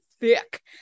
thick